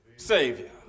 Savior